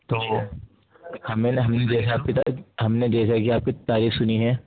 تو ہمیں ہم نے جیسا کہ آپ کی ہم نے جیسا کہ آپ کی تعریف سنی ہے